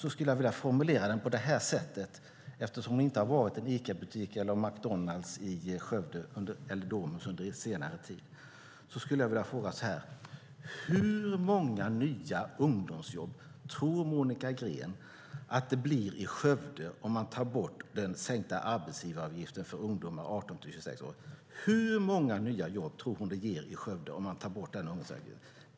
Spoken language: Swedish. Jag skulle vilja formulera mig på detta sätt, eftersom hon inte har varit i en ICA-butik, McDonalds eller Domus i Skövde under senare tid: Hur många nya ungdomsjobb tror Monica Green att det blir i Skövde om man tar bort den sänkta arbetsgivaravgiften för ungdomar i åldern 18-26 år? Hur många nya jobb tror hon att det ger i Skövde om man tar bort den sänkta ungdomsarbetsgivaravgiften?